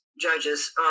judges